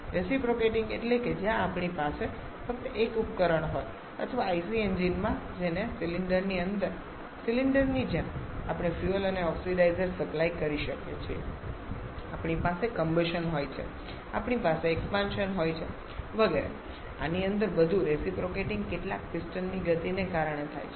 reciprocating એટલે કે જ્યાં આપણી પાસે ફક્ત એક ઉપકરણ હોય અથવા IC એન્જિનમાં અને સિલિન્ડરની અંદર સિલિન્ડરની જેમ આપણે ફ્યુઅલ અને ઓક્સિડાઇઝર સપ્લાય કરીએ છીએ આપણી પાસે કમ્બશન હોય છે આપણી પાસે એક્સપાન્શન હોય છે વગેરે આની અંદર બધું રેસીપ્રોકેટીંગ કેટલાક પિસ્ટનની ગતિને કારણે થાય છે